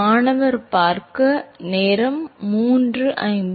மாணவர் No